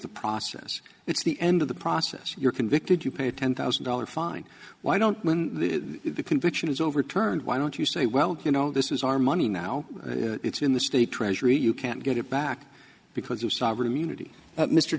the process it's the end of the process you're convicted you pay a ten thousand dollars fine why don't the conviction was overturned why don't you say well you know this is our money now it's in the state treasury you can't get it back because of sovereign immunity mr